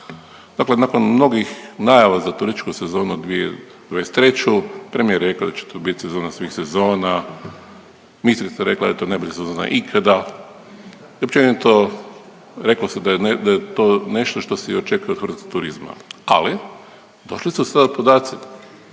Dakle nakon mnogih najava za turističku sezonu 2023., premijer je rekao da će to bit sezona svih sezona, ministrica je rekla da je to najbolja sezona ikada i općenito rekli su da je to nešto što se i očekuje od hrvatskog turizma, ali došli su sada podaci,